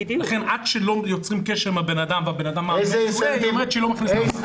לכן עד שלא יוצרים קשר עם האדם והוא מדווח היא לא מכניסה את השם.